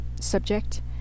subject